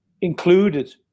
included